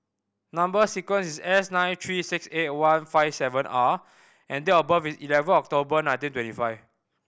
number sequence is S nine three six eight one five seven R and date of birth is eleven October nineteen twenty five